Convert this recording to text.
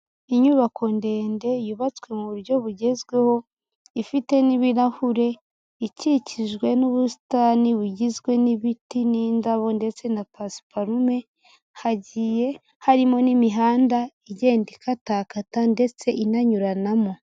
Inyubako ndende yubatswe mu buryo bugezweho, ifite n'ibirahure, ikikijwe n'ubusitani bugizwe n'ibiti n'indabo ndetse na pasiparume, hagiye harimo n'imihanda igenda ikatakata ndetse inanyuranamo.